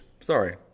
Sorry